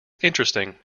interesting